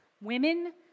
women